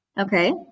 Okay